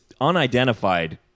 unidentified